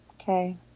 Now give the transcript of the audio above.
Okay